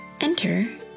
Enter